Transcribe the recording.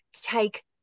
take